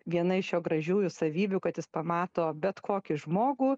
viena iš jo gražiųjų savybių kad jis pamato bet kokį žmogų